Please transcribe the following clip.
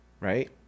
right